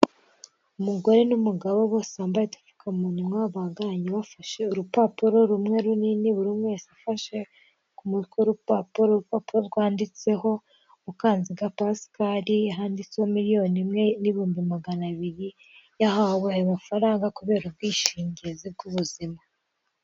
Umugore n'umagabo bose bambaye udupfukamunwa bahagararanye bafashe urupapuro rumwe runini buri umwe wese afashe ku mutwe w'urupapuro, urupapuro rwanditseho Mukanziga Pascal handitseho miliyoni imwe n'ibihumbi maganabiri yahawe ayo mafaranga kubera ubwishingizi bw'ubuzima.